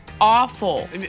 awful